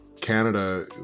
Canada